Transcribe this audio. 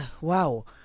wow